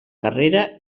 carrera